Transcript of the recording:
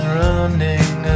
running